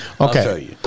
okay